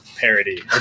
parody